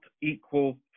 equal